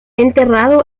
enterrado